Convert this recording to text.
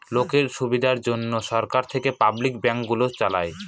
লোকের সুবিধার জন্যে সরকার থেকে পাবলিক ব্যাঙ্ক গুলো চালায়